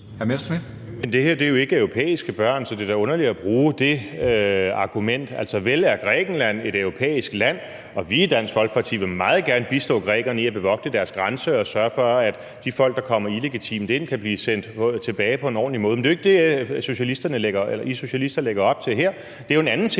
det her er jo ikke europæiske børn. Så det er da underligt at bruge det argument. Vel er Grækenland et europæisk land, og vi i Dansk Folkeparti vil meget gerne bistå grækerne i at bevogte deres grænse og sørge for, at de folk, der kommer illegitimt ind, kan blive sendt tilbage på en ordentlig måde. Men det er jo ikke det, I socialister lægger op til her. Det er jo en anden tilgang,